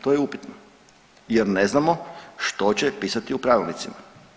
To je upitno jer je znamo što će pisati u pravilnicima.